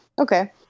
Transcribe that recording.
Okay